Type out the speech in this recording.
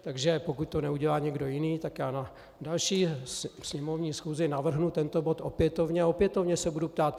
Takže pokud to neudělá někdo jiný, tak já na další sněmovní schůzi navrhnu tento bod opětovně a opětovně se budu ptát.